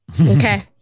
Okay